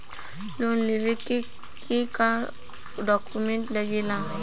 Loan लेवे के का डॉक्यूमेंट लागेला?